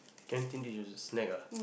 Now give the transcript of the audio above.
canteen did you just snack ah